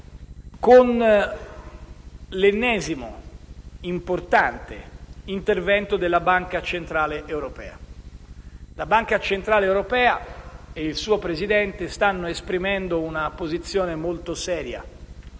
con l'ennesimo importante intervento della Banca centrale europea. La Banca centrale europea e il suo Presidente stanno esprimendo una posizione molto seria